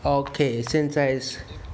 okay 现在